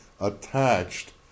attached